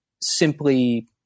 simply